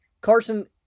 Carson